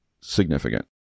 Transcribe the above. significant